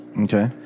Okay